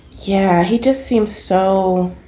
yeah, he just seems so